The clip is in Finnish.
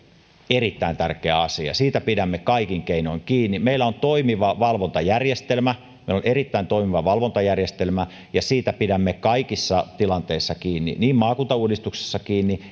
erittäin tärkeä asia siitä pidämme kaikin keinoin kiinni meillä on toimiva valvontajärjestelmä meillä on erittäin toimiva valvontajärjestelmä ja siitä pidämme kaikissa tilanteissa kiinni niin maakuntauudistuksessa